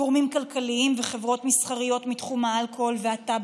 גורמים כלכליים וחברות מסחריות מתחום האלכוהול והטבק,